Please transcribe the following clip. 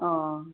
অঁ